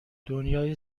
دنیای